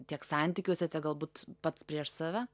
tiek santykiuose tiek galbūt pats prieš save